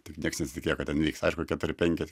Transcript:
tik nieks nesitikėjo kad ten vyks aišku keturi penki